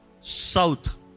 South